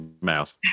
mouth